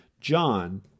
John